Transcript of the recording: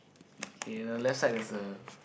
ya left side there's a